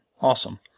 Awesome